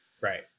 Right